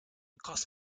cost